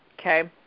okay